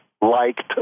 Liked